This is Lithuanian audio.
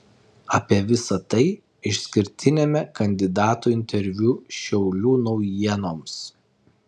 apie visa tai išskirtiniame kandidatų interviu šiaulių naujienoms